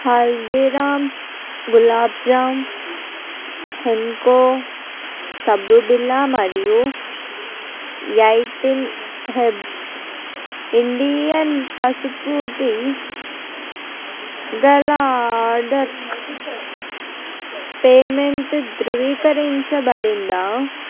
హల్దీరామ్స్ గులాబ్ జామ్ హెన్కో సబ్బు బిళ్ళ మరియు ఎయిటీన్ హెర్బ్స్ ఇండియన్ పసుపు టీ గల ఆర్డర్ పేమెంటు ధృవీకరించబడిందా